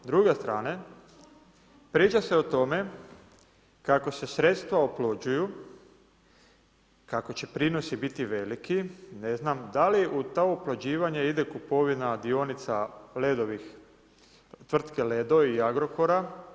S druge strane, priča se o tome kako se sredstva oplođuju, kako će prinosi biti veliki, ne znam, da li u to oplođivanje ide kupovina dionica Ledovih, tvrtke Ledo i Agrokora?